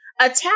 attack